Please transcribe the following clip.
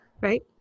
right